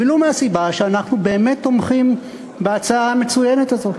ולו מהסיבה שאנחנו באמת תומכים בהצעה המצוינת הזאת,